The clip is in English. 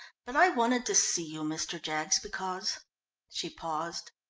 but i wanted to see you, mr. jaggs, because she paused.